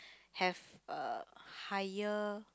have a higher